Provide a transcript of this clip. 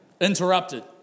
interrupted